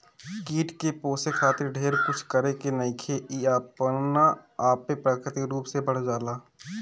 कीट के पोसे खातिर ढेर कुछ करे के नईखे इ अपना आपे प्राकृतिक रूप से बढ़ जाला